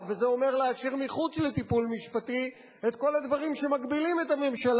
וזה אומר להשאיר מחוץ לטיפול משפטי את כל הדברים שמגבילים את הממשלה